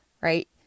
right